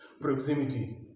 Proximity